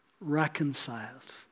reconciled